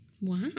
Wow